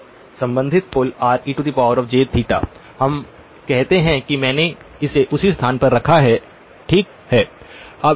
और संबंधित pole rejθ हम कहते हैं कि मैंने इसे उसी स्थान पर रखा है ठीक है